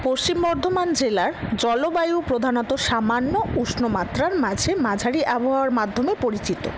পশ্চিম বর্ধমান জেলার জলবায়ু প্রধাণত সামান্য উষ্ণ মাত্রার মাঝে মাঝারি অবহাওয়ার মাধ্যমে পরিচিত